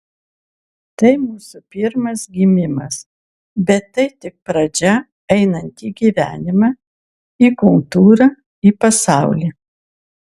tai mūsų pirmas gimimas bet tai tik pradžia einant į gyvenimą į kultūrą į pasaulį